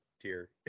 tier